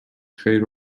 خیر